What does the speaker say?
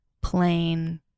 plain